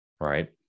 right